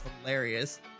hilarious